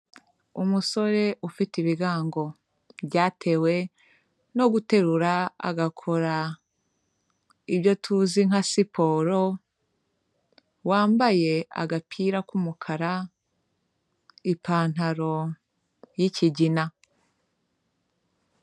Umusore ufite ibigango byatewe no guterura agakora ibyo tuzi nka siporo, wambaye agapira k'umukara, ipantaro y'ikigina.